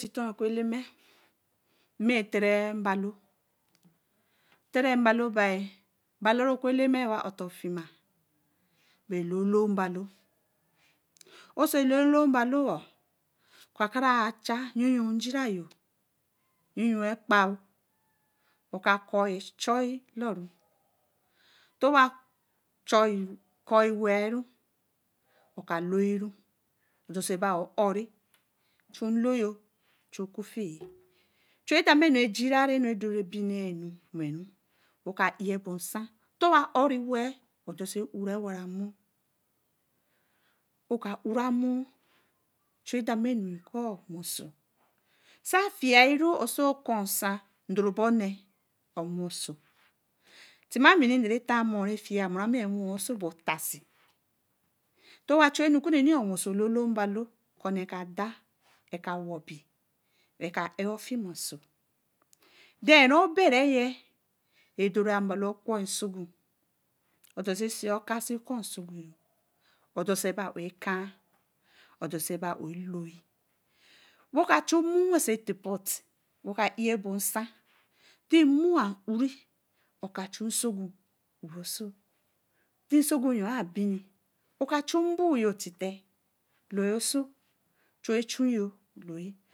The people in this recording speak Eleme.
Te tuɔ̄ uku eleme amitere mbulo, tɛrɛ̄ mbalo-bi mbalo-re oku Eleme wafiima bee lolo-mbalo. Osō lolo-mbalo ukacha-ja nyuyu njira-oh yuyu ɛ̄gbaaoh we kɔ̄u ɛchuū looh, ntōwa kɔ̄u ɛchuu werū odosebɛ̄ orre ocha nloyo we ochu okofē ochu demanu ke gera-oh re leenu we woka-abo-nsa ntowa orre-we odose urū ewaramu-u woka-uramu chu dema nukuu wuso sa-firi oso con̄sa nlōrobone owaso. Teme ame redori etamo refir-muru be atasii nto-wa chu ɛnu-kenu woso lolo-mbolo wee reka daa we ka wobi we ka ɛra ofima-oso den re-obereye redoreē mbalo akroeye sugu odose sei oka se koo nsogu wey ka, dosebe a-oh ɛloo we car chu muu weso tibote we caa ɛiibo weka webo nsa termoo a uri we ka chuu sogu uri-so tesogu-yu abinee we ka chuu mbouyo tede we loyio-so chun ɛ̄chinyā loyi